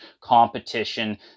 competition